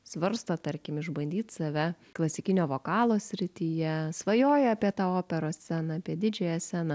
svarsto tarkim išbandyt save klasikinio vokalo srityje svajoja apie tą operos sceną apie didžiąją sceną